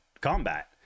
combat